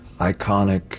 iconic